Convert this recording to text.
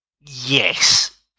yes